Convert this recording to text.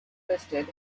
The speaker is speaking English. listed